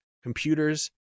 computers